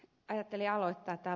ajattelin aloittaa